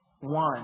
one